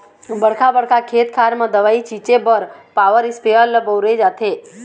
बड़का बड़का खेत खार म दवई छिंचे बर पॉवर इस्पेयर ल बउरे जाथे